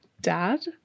Dad